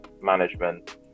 management